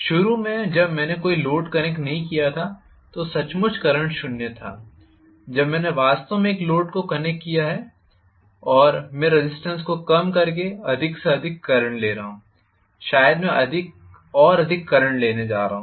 शुरू में जब मैंने कोई लोड कनेक्ट नहीं किया था तो सचमुच करंट शून्य था जब मैंने वास्तव में एक लोड को कनेक्ट किया है और मैं रेज़िस्टेन्स को कम करके अधिक से अधिक करंट ले रहा हूं शायद मैं अधिक और अधिक करंट लेने जा रहा हूं